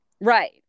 Right